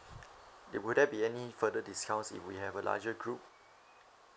will there be any further discounts if we have a larger group